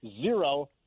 zero